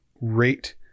rate